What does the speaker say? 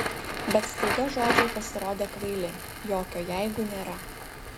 bet staiga žodžiai pasirodė kvaili jokio jeigu nėra